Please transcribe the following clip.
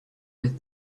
with